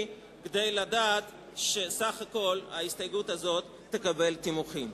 כדי לדעת שסך הכול ההסתייגויות הזאת תקבל תימוכין.